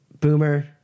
Boomer